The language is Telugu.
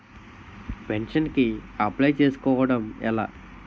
పెన్షన్ కి అప్లయ్ చేసుకోవడం ఎలా?